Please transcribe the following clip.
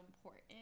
important